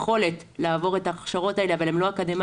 יכולת לעבור את ההכשרות האלה אבל הם לא אקדמאים,